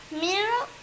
mirror